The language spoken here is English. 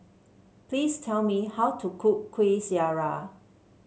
please tell me how to cook Kueh Syara